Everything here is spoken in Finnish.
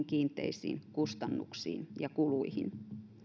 kiinteisiin kustannuksiin ja kuluihin